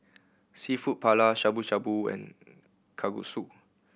Seafood Paella Shabu Shabu and Kalguksu